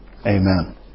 Amen